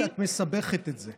את מסבכת את זה.